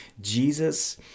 Jesus